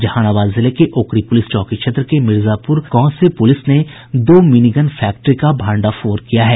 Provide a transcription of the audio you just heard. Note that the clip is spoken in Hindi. जहानाबाद जिले के ओकरी पुलिस चौकी क्षेत्र के मिर्जापुर गांव से पुलिस ने दो मिनी गन फैक्ट्री का भंडाफोड़ किया है